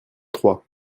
trois